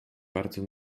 bardzo